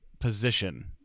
position